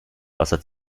wasser